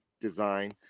design